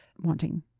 wanting